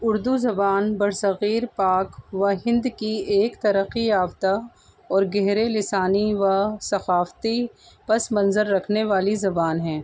اردو زبان برصغیر پاک و ہند کی ایک ترقی یافتہ اور گہرے لسانی و ثقافتی پس منظر رکھنے والی زبان ہے